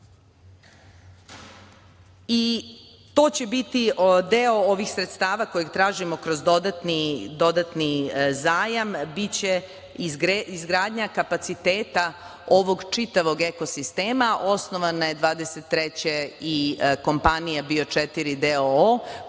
će biti deo ovih sredstava koje tražimo kroz dodatni zajam. Biće izgradnja kapaciteta ovog čitavog ekosistema. Osnovana je 2023. godine i kompanija BIO4